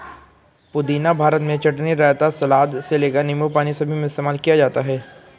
पुदीना भारत में चटनी, रायता, सलाद से लेकर नींबू पानी सभी में इस्तेमाल किया जाता है